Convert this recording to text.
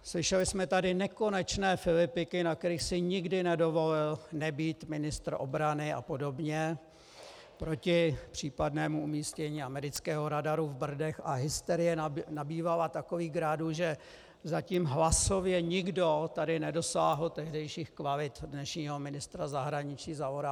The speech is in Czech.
Slyšeli jsme tady nekonečné filipiky, na kterých si nikdy nedovolil nebýt ministr obrany a podobně, proti případnému umístění amerického radaru v Brdech, a hysterie nabývala takových grádů, že zatím hlasově nikdo tady nedosáhl tehdejších kvalit dnešního ministra zahraničí Zaorálka.